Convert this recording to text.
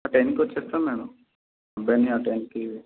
ఆ టైమ్కి వచ్చేస్తాము మేడం అబ్బాయిని ఆ టైమ్కి